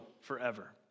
forever